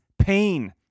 Pain